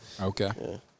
Okay